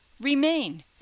remain